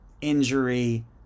injury